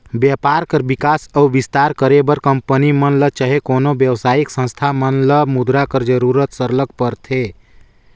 बयपार कर बिकास अउ बिस्तार करे बर कंपनी मन ल चहे कोनो बेवसायिक संस्था मन ल मुद्रा कर जरूरत सरलग परथे